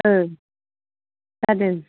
औ जादों